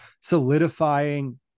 solidifying